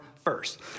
First